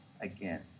again